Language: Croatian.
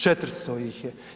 400 ih je.